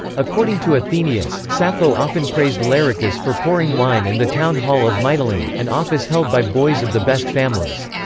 according to athenaeus, sappho often praised larichus for pouring wine in the town hall of mytilene, an office held by boys of the best families.